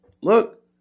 Look